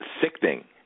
sickening